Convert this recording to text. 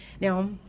Now